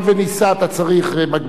אתה צריך מגביר קול?